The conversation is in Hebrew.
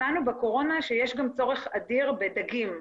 הבנו בקורונה שיש גם צורך אדיר בדגים,